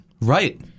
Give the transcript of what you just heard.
Right